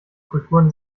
kulturen